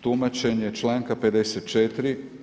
tumačenje članka 54.